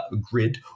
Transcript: grid